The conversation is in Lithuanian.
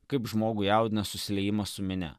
kaip žmogų jaudina susiliejimas su minia